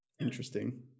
Interesting